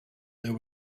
there